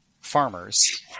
farmers